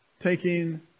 Taking